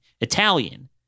Italian